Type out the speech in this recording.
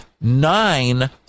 nine